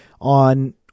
on